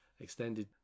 extended